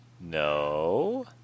No